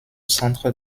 centre